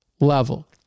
level